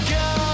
go